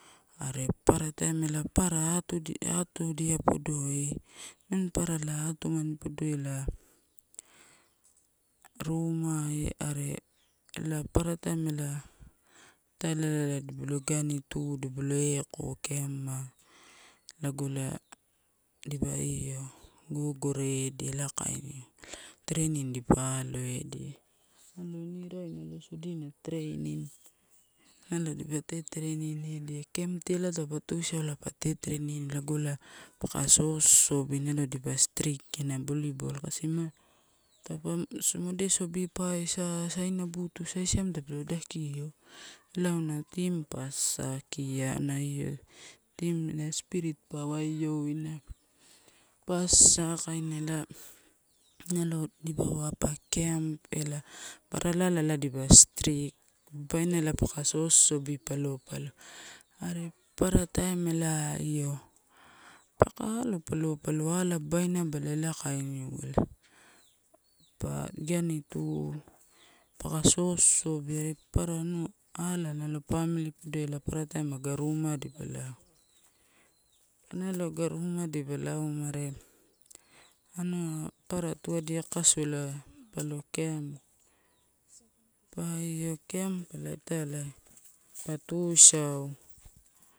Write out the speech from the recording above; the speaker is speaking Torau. Are papara taim, papara atudie podoi, nimani parara atumani podoi ela ruumai are ela papara taim ela italailala igani u, dipa lo eko campai lago ela dipa io gogore edia ela bainiuwa, training dipa aloedia, nalo ini rai sadina ela training nalo teterein. Camp tialai taupa tuisau ela pa teterein eu, pako sosobi dipa strikeina volleyball kasi ma taupa mode soboipae sa sai nabaitu sai siam tapelo dakio ela auna team pa assakia auna io team spirit pa waiouna pa asakaina. Nalo dipauwa pa camp ela barala ala dipa strike, babaina paka sosobi palopalo, are papara taim ela io paka alopalo. Ala, babainaba ela kainiuwa, pa igani tu, paka sosobi are papara ala ela pamili podoi ela aga rumai dipa lauma, aga rumai elipa lauma are papara anua tua elia kakasu ela palo camp pa io camp ela italai pa tu isau.